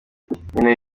nkeneye